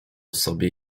sobie